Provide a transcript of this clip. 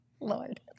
Lord